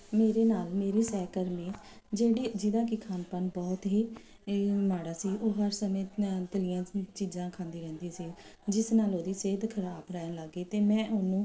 ਮੇਰੇ ਨਾਲ ਮੇਰੀ ਸਹਿਕਰਮੀ ਜਿਹੜੇ ਜਿਹਦਾ ਕਿ ਖਾਣ ਪਾਣ ਬਹੁਤ ਹੀ ਮਾੜਾ ਸੀ ਉਹ ਹਰ ਸਮੇਂ ਤਲੀਆਂ ਚੀਜ਼ਾਂ ਖਾਂਦੀ ਰਹਿੰਦੀ ਸੀ ਜਿਸ ਨਾਲ ਉਹਦੀ ਸਿਹਤ ਖਰਾਬ ਰਹਿਣ ਲੱਗ ਗਈ ਅਤੇ ਮੈਂ ਉਹਨੂੰ